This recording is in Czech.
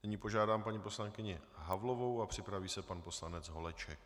Nyní požádám paní poslankyni Havlovou a připraví se pan poslanec Holeček.